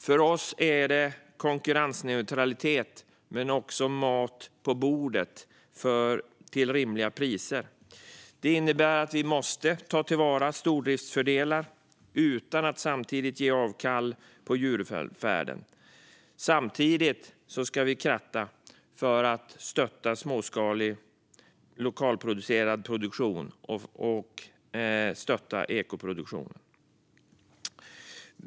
För oss handlar det om konkurrensneutralitet, men också om mat på bordet till rimliga priser. Det innebär att vi måste ta till vara stordriftsfördelar utan att samtidigt göra avkall på djurvälfärden. Samtidigt ska vi kratta för att stötta småskalig, lokal produktion och ekoproduktion.